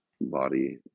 body